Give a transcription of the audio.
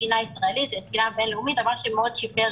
מתקינה ישראלית לתקינה בין-לאומית דבר ששיפר